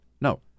No